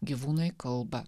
gyvūnai kalba